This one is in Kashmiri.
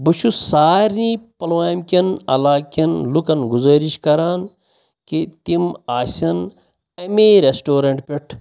بہٕ چھُس سارنےٕ پُلوامہِ کؠن علاقہِ کؠن لُکَن گُزٲرِش کران کہِ تِم آسَن اَمے رؠسٹورنٛٹ پؠٹھ